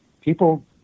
people